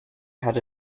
had